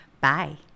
Bye